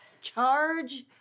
Charge